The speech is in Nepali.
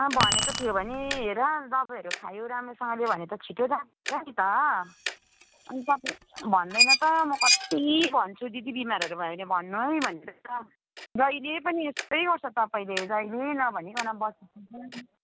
अब भनेको थियो भने हेर दबाईहरू खायो राम्रोसँगले भने त छिटो जाती हुन्छ नि त अन्त भन्दैन त म कति भन्छु दिदी बिमारहरू भयो भने भन्नु है भनेर जहिले पनि यस्तै गर्छ तपाईँले जहिले नभनिकन बस्छ